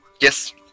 Yes